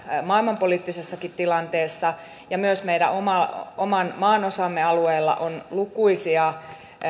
maailmanpoliittisessakin tilanteessa ja myös meidän oman maanosamme alueella on lukuisia